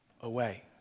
away